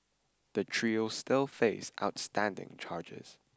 the trio still face outstanding charges